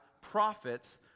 prophets